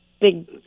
big